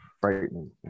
frightening